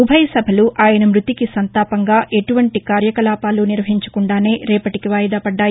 ఉభయసభలు ఆయన మ్బతికి సంతాపంగా ఎటువంటి కార్యకలాపాలు నిర్వహించకుండానే రేపటికి వాయిదా పడ్డాయి